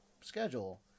schedule